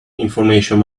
information